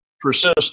persist